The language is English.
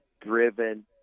driven